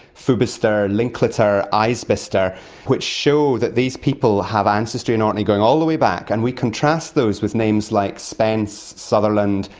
foubister, linklater, isbister which show that these people have ancestry in orkney going all the way back, and we contrast those with names like spence, sutherland,